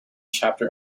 chapter